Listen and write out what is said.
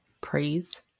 praise